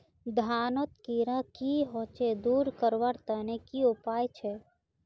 धानोत कीड़ा की होचे दूर करवार तने की उपाय छे?